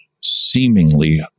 seemingly